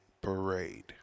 Parade